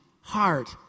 heart